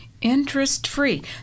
interest-free